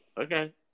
Okay